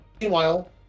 Meanwhile